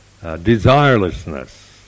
desirelessness